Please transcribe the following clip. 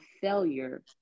failure